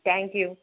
thank you